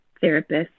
therapist